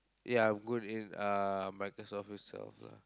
ya I'm good in uh Microsoft that stuff lah